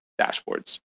dashboards